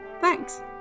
thanks